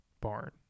barn